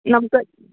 നമുക്ക്